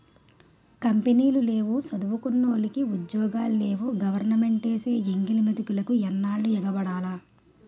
కంపినీలు లేవు సదువుకున్నోలికి ఉద్యోగాలు లేవు గవరమెంటేసే ఎంగిలి మెతుకులికి ఎన్నాల్లు ఎగబడాల